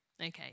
Okay